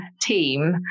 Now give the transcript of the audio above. team